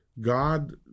God